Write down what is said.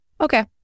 Okay